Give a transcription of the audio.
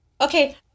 Okay